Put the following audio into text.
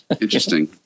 Interesting